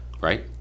Right